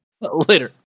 Later